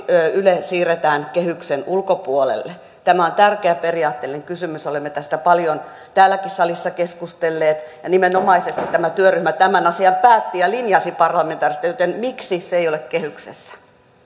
yle siirretään kehyksen ulkopuolelle tämä on tärkeä periaatteellinen kysymys olemme tästä paljon täälläkin salissa keskustelleet nimenomaisesti tämä työryhmä tämän asian päätti ja linjasi parlamentaarisesti joten miksi ei ole